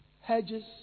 hedges